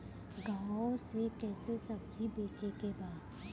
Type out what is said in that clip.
गांव से कैसे सब्जी बेचे के बा?